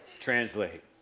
Translate